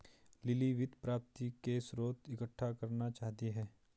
lily वित्त प्राप्ति के स्रोत इकट्ठा करना चाहती है